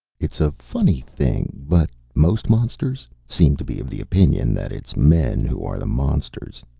it's a funny thing, but most monsters seem to be of the opinion that it's men who are the monsters.